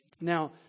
Now